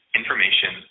information